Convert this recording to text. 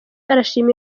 arashima